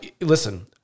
listen